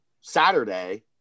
Saturday